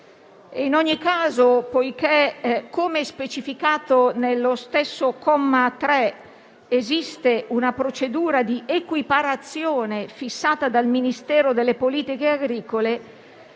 In ogni caso, poiché, come è specificato nello stesso comma 3, esiste una procedura di equiparazione fissata dal Ministero delle politiche agricole,